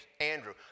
Andrew